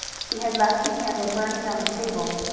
he had left the candle burning on the table.